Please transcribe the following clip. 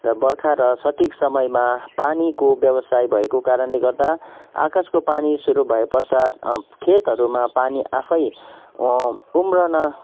र बर्खा र सठिक समयमा पानीको व्यवसाय भएको कारणले गर्दा आकाशको पानी सुरु भएपश्चात खेतहरूमा पानी आफै उम्रन